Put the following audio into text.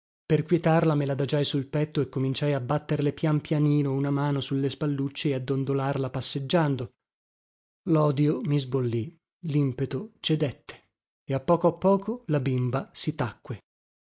per quietarla me ladagiai sul petto e cominciai a batterle pian pianino una mano su le spallucce e a dondolarla passeggiando lodio mi sbollì limpeto cedette e a poco a poco la bimba si tacque